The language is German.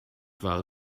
war